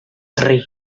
tri